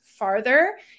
farther